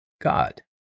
God